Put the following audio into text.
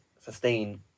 sustain